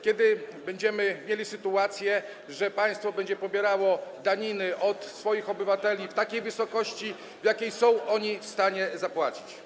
Kiedy będziemy mieli sytuację, że państwo będzie pobierało daniny od swoich obywateli w takiej wysokości, w jakiej są oni w stanie je zapłacić?